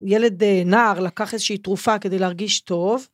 ילד נער לקח איזושהי תרופה כדי להרגיש טוב.